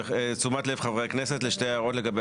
ותשומת לב חברי הכנסת לשתי הערות לגבי